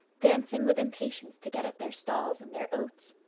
dancing with impatience to get at their stalls and their oats.